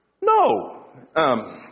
No